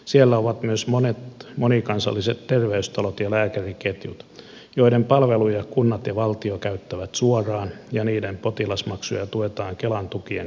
siellä ovat myös monet monikansalliset terveystalot ja lääkäriketjut joiden palveluja kunnat ja valtio käyttävät suoraan ja joiden potilasmaksuja tuetaan kelan tukien kautta